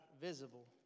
visible